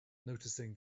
noticing